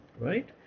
right